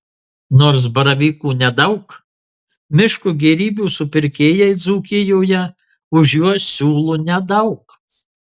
nors baravykų nedaug miško gėrybių supirkėjai dzūkijoje už juos siūlo nedaug